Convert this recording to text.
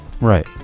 Right